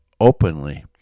openly